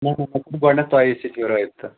نہ نہ مےٚ گۄڈٕنٮ۪تھ تۄہی سۭتۍ رٲبطہٕ